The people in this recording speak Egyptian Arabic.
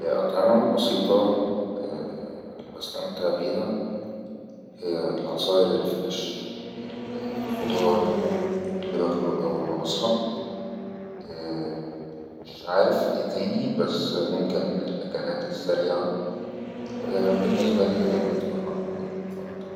الاطعمه ال بسيطة اللي بستمتع بيها هي العصاير الفرش الخضار اللي باكلو اول ما بصحة ءءمش عارف اي تاني بس ممكن الاكلات السريعة بالنسبة لحاجات بتفرحني بردو